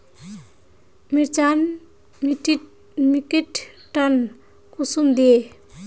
मिर्चान मिट्टीक टन कुंसम दिए?